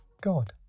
God